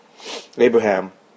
Abraham